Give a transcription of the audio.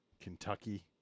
Kentucky